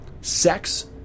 sex